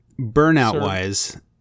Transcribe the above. burnout-wise